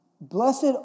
Blessed